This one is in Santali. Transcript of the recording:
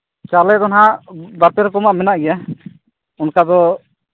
ᱪᱟᱣᱞᱮ ᱫᱚ ᱱᱟᱜ ᱵᱟᱨᱼᱯᱮ ᱨᱚᱠᱚᱢᱟᱜ ᱢᱮᱱᱟᱜ ᱜᱮᱭᱟ ᱚᱱᱠᱟ ᱫᱚ